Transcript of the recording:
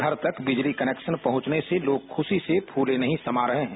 घर तक बिजली कनेक्शन पहुंचने से लोग खुशी से फूले नहीं समा रहे हैं